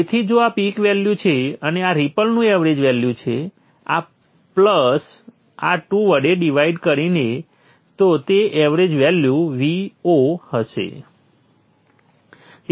તેથી જો આ પીક વેલ્યુ છે અને આ રિપલનું એવરેજ વેલ્યુ છે આ પ્લસ આ 2 વડે ડિવાઈડ કરીએ તો તે એવરેજ વેલ્યુ Vo હશે